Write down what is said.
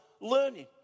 learning